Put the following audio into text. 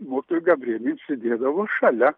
mokytoja gabrėnienė sėdėdavo šalia